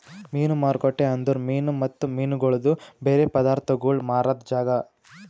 ಮೀನು ಮಾರುಕಟ್ಟೆ ಅಂದುರ್ ಮೀನು ಮತ್ತ ಮೀನಗೊಳ್ದು ಬೇರೆ ಪದಾರ್ಥಗೋಳ್ ಮಾರಾದ್ ಜಾಗ